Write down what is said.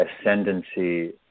ascendancy